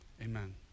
Amen